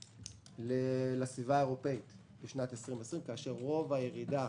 לסביבה האירופאית, כאשר רוב הירידה